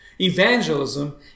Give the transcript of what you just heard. Evangelism